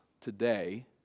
today